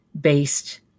based